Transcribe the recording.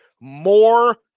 more